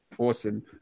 awesome